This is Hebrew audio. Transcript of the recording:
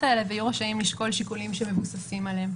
האלה ויראו האם לשקול שיקולים שמבוססים עליהם.